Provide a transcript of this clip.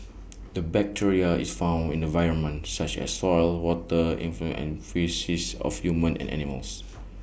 the bacteria is found in the environment such as soil water effluents the faeces of humans and animals